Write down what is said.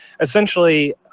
essentially